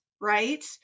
Right